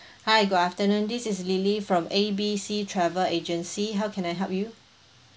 hi good afternoon this is lily from A B C travel agency how can I help you